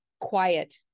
quiet